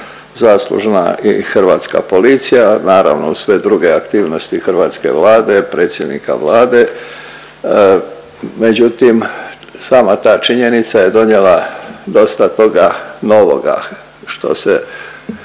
zaslužna i hrvatska policija, naravno uz sve druge aktivnosti hrvatske Vlade, predsjednika Vlade. Međutim, sama ta činjenica je donijela dosta toga novoga što se